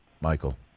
Michael